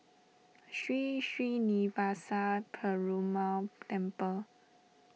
Sri Srinivasa Perumal Temple